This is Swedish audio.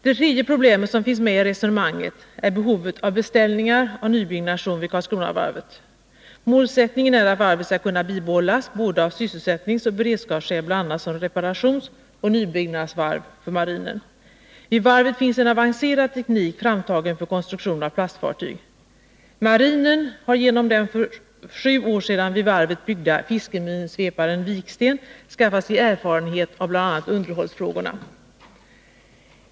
Det tredje problemet som finns med i resonemanget är behovet av beställningar av nybyggnation vid Karlskronavarvet. Målsättningen är att varvet skall kunna bibehållas, både av sysselsättningsoch beredskapsskäl, bl.a. som reparationsoch nybyggnadsvarv för marinen. Vid varvet finnsen — Nr 155 avancerad teknik framtagen för konstruktion av plastfartyg. Marinen har Tisdagen den genom den för sju år sedan vid varvet byggda fiskeminsveparen Viksten 2 juni 1981 skaffat sig erfarenhet av bl.a. underhållsfrågorna.